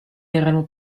erano